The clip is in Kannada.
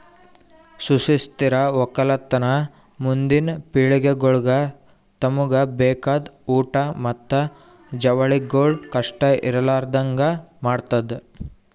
ಸುಸ್ಥಿರ ಒಕ್ಕಲತನ ಮುಂದಿನ್ ಪಿಳಿಗೆಗೊಳಿಗ್ ತಮುಗ್ ಬೇಕಾಗಿದ್ ಊಟ್ ಮತ್ತ ಜವಳಿಗೊಳ್ ಕಷ್ಟ ಇರಲಾರದಂಗ್ ಮಾಡದ್